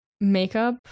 makeup